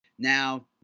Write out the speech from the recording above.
Now